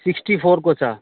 sixty फोरको छ